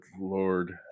Lord